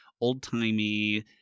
old-timey